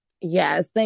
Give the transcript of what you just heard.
Yes